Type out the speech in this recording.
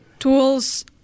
Tools